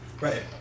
Right